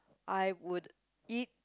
I would eat